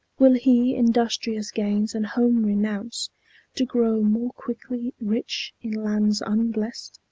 will he industrious gains and home renounce to grow more quickly rich in lands unblest?